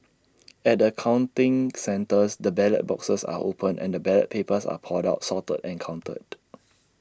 at the counting centres the ballot boxes are opened and the ballot papers are poured out sorted and counted